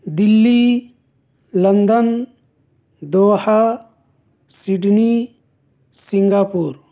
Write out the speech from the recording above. Delhi London Doha Sydney Singapore